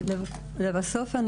לבסוף,